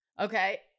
Okay